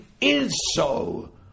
is-so